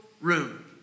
room